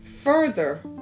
further